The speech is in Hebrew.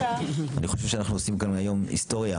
אני חושב שאנחנו עושים כאן היום היסטוריה